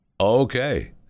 Okay